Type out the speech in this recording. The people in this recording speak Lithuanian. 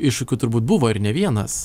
iššūkių turbūt buvo ir ne vienas